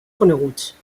coneguts